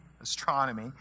astronomy